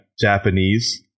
Japanese